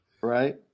right